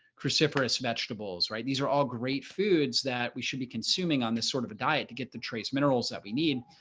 cruciferous vegetables, right, these are all great foods that we should be consuming on this sort of a diet to get the trace minerals that we need.